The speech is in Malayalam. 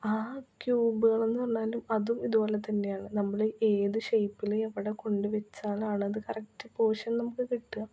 ആ ക്യൂബുകളെന്ന് പറഞ്ഞാൽ അതും ഇതുപോലെ തന്നെയാണ് നമ്മൾ ഏത് ഷേയ്പ്പിൽ എവിടെക്കൊണ്ട് വച്ചാലാണത് കറക്റ്റ് പോഷന് നമുക്ക് കിട്ടുക